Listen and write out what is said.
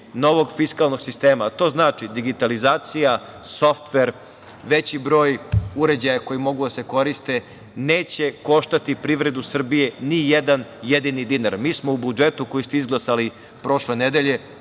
novog fiskalnog sistema. To znači, digitalizacija, softver, veći broj uređaja koji mogu da se koriste neće koštati privredu Srbije ni jedan jedini dinar. Mi smo u budžetu koji ste izglasali proše nedelje